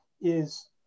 is-